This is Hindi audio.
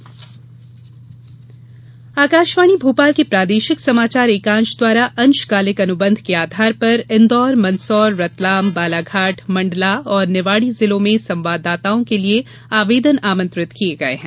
अशंकालिक संवाददाता आकाशवाणी भोपाल के प्रादेशिक समाचार एकांश द्वारा अंशकालिक अनुबंध के आधार पर इन्दौर मंदसौर रतलाम बालाघाट मंडला और निवाड़ी जिलों में संवाददाताओं के लिये आवेदन आमंत्रित किये गये हैं